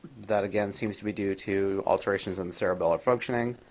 that again seems to be due to alterations in cerebellum functioning.